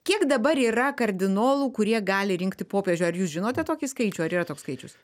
kiek dabar yra kardinolų kurie gali rinkti popiežių ar jūs žinote tokį skaičių ar yra toks skaičius